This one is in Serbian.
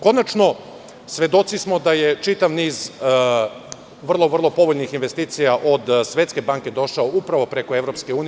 Konačno, svedoci smo da je čitav niz vrlo povoljnih investicija od Svetske banke došao upravo preko EU.